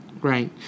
right